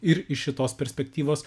ir iš šitos perspektyvos